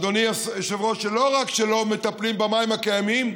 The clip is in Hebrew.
אדוני היושב-ראש, שלא רק שלא מטפלים במים החדשים,